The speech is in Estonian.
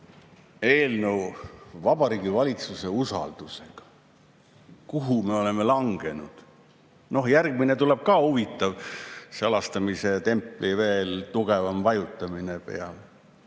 eelnõu Vabariigi Valitsuse usaldusega. Kuhu me oleme langenud? Noh, järgmine [punkt] tuleb ka huvitav: salastamise templi veel tugevam vajutamine.